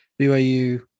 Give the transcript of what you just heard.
BYU